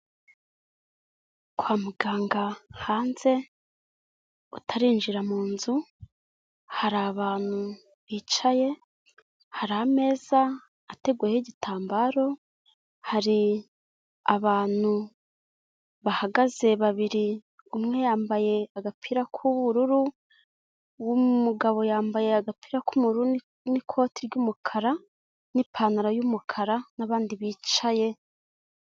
Kwa muganga hanze utarinjira mu nzu, hari abantu bicaye, hari ameza ateguyeho igitambaro, hari abantu bahagaze babiri, umwe yambaye agapira k'ubururu, uw'umugabo yambaye agapira k'ubururu n'ikoti ry'umukara n'ipantaro y'umukara, n'abandi bicaye.